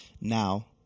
now